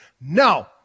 No